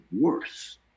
worse